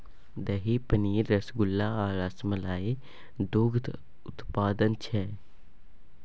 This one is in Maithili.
दही, पनीर, रसगुल्ला आ रसमलाई दुग्ध उत्पाद छै